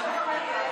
במקום אביר,